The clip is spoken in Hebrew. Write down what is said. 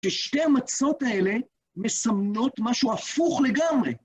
ששתי המצות האלה מסמנות משהו הפוך לגמרי.